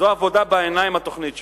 זו עבודה בעיניים, התוכנית שלו.